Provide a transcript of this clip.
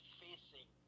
facing